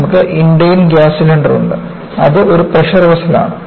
നമുക്ക് Indane gas cylinder ഉണ്ട് അത് ഒരു പ്രഷർ വെസൽ ആണ്